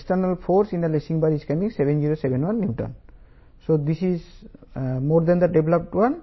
07 kN కాబట్టి lacing flat యొక్క tensile strength ఈ రెండింటిలో తక్కువగా